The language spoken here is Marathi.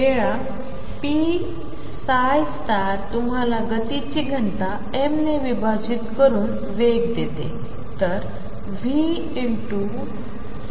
वेळातुम्हालागतीचीघनताm नेविभाजितकरूनतुम्हालावेगदेते